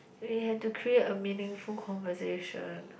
really you have to create a meaningful conversation